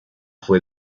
fue